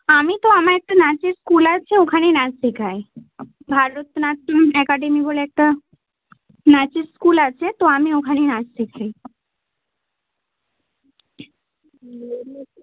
আমি তো আমার একটা নাচের স্কুল আছে ওখানেই নাচ শেখাই ভারতনাট্যম অ্যাকাডেমি বলে একটা নাচের স্কুল আছে তো আমি ওখানে নাচ শেখাই